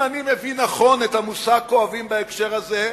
אם אני מבין נכון את המושג "כואבים" בהקשר הזה,